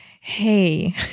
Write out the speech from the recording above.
Hey